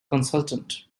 consultant